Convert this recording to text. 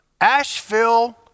Asheville